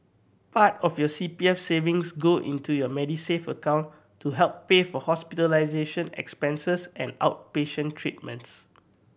part of your C P F savings go into your Medisave account to help pay for hospitalization expenses and outpatient treatments